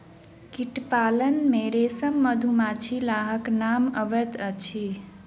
कीट पालन मे रेशम, मधुमाछी, लाहक नाम अबैत अछि